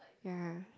ya